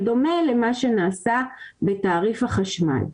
בדומה למה שנעשה בתעריף החשמל.